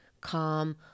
calm